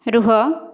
ରୁହ